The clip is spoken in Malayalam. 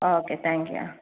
ഓക്കെ താങ്ക്യൂ ആ